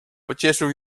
pocieszył